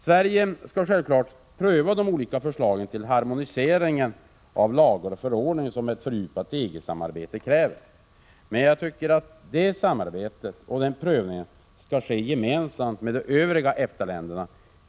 Sverige skall självfallet pröva de olika förslagen till harmonisering av lagar och förordningar som ett fördjupat EG-samarbete kräver. Men det samarbetet och den prövningen skall ske gemensamt med de övriga EFTA-länderna.